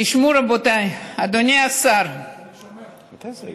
תשמעו, רבותיי, אדוני השר, אני שומע.